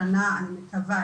אני מקווה,